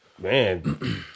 Man